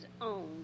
own